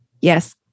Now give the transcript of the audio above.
Yes